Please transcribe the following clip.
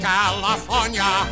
California